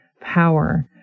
power